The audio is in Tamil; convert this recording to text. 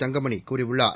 தங்கமணி கூறியுள்ளார்